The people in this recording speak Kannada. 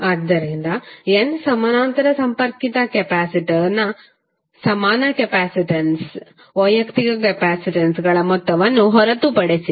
ಆದ್ದರಿಂದ n ಸಮಾನಾಂತರ ಸಂಪರ್ಕಿತ ಕೆಪಾಸಿಟರ್ನ ಸಮಾನ ಕೆಪಾಸಿಟನ್ಸ್ ವೈಯಕ್ತಿಕ ಕೆಪಾಸಿಟನ್ಸ್ಗಳ ಮೊತ್ತವನ್ನು ಹೊರತುಪಡಿಸಿದೆ